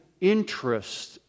interest